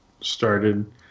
started